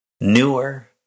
newer